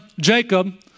Jacob